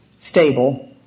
Stable